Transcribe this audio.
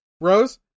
Rose